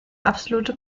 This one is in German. absolute